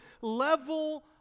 level